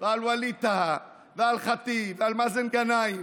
ועל ווליד טאהא ועל ח'טיב ועל מאזן גנאים